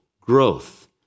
growth